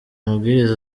mabwiriza